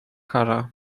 kara